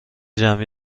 جمعی